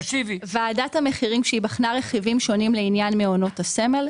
ועדת המחירים כשהיא בחנה רכיבים שונים לעניין מעונות הסמל,